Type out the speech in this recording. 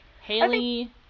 Haley